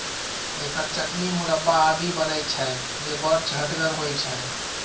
एकर चटनी, मुरब्बा आदि बनै छै, जे बड़ चहटगर होइ छै